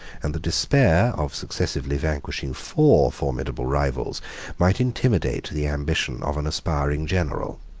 and the despair of successively vanquishing four formidable rivals might intimidate the ambition of an aspiring general.